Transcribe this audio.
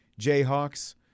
Jayhawks